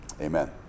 Amen